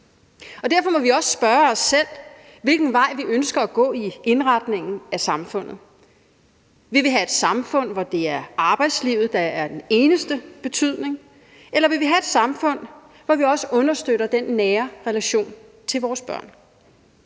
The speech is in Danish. Derfor må vi også spørge os selv, hvilken vej vi ønsker at gå i indretningen af samfundet. Vil vi have et samfund, hvor det er arbejdslivet, der er det eneste, der betyder noget, eller vil vi have et samfund, hvor vi også understøtter den nære relation til vores børn?